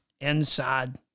inside